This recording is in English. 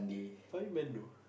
fireman though